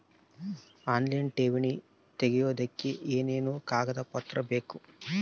Online ಠೇವಣಿ ತೆಗಿಯೋದಕ್ಕೆ ಏನೇನು ಕಾಗದಪತ್ರ ಬೇಕು?